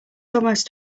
almost